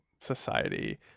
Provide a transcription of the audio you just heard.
Society